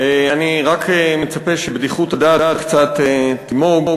אני רק מצפה שבדיחות הדעת קצת תימוג,